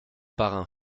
parrain